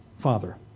Father